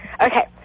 okay